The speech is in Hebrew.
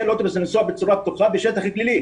לאוטובוס לנסוע בצורה בטוחה בשטח גלילי.